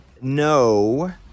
No